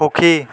সুখী